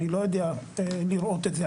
אני לא יודע לראות את זה.